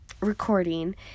recording